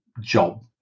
job